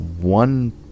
One